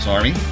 Army